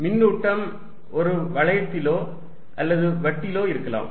மின்னூட்டம் ஒரு வளையத்திலோ அல்லது வட்டிலோ இருக்கலாம்